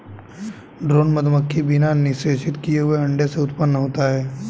drone मधुमक्खी बिना निषेचित किए हुए अंडे से उत्पन्न होता है